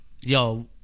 Yo